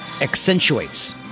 accentuates